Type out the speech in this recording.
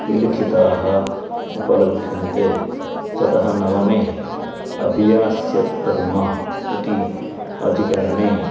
विलिखिताः उपलभ्यन्ते ततः नवमे अभियास्यत् कर्म इति अधिकरणे